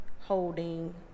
holding